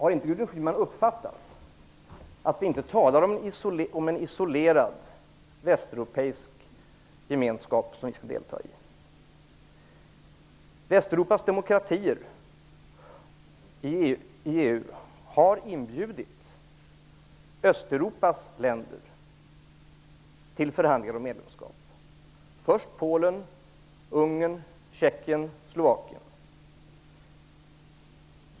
Har inte Gudrun Schyman uppfattat att vi inte talar om att delta i en isolerad västeuropeisk gemenskap? Västeuropas demokratier i EU har inbjudit Östeuropas länder till förhandlingar om medlemskap. Först var det Polen, därefter Ungern, Tjeckien och Slovakien.